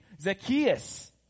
Zacchaeus